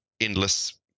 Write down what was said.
endless